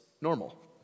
normal